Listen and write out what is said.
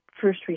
first